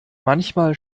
manchmal